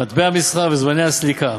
מטבע המסחר וזמני הסליקה.